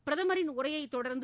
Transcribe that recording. பிரதமரின் உரையைத் தொடர்ந்து